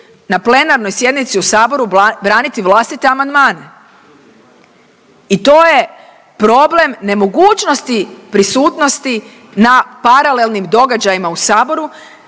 na plenarnoj sjednici u Saboru braniti vlastite amandmane i to je problem nemogućnosti prisutnosti na paralelnim događajima u Saboru,